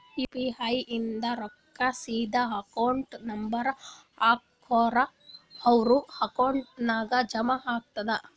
you P I ಇಂದ್ ರೊಕ್ಕಾ ಸೀದಾ ಅಕೌಂಟ್ ನಂಬರ್ ಹಾಕೂರ್ ಅವ್ರ ಅಕೌಂಟ್ ನಾಗ್ ಜಮಾ ಆತುದ್